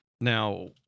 Now